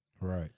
Right